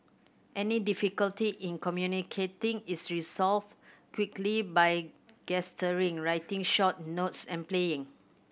any difficulty in communicating is resolved quickly by gesturing writing short notes and playing